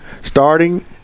starting